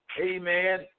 amen